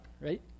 right